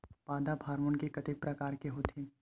पादप हामोन के कतेक प्रकार के होथे?